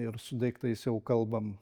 ir su daiktais jau kalbam